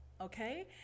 okay